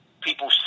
people